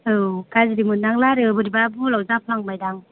औ गाज्रि मोननांला आरो बोरैबा बुहुलाव जाफ्लांबाय दां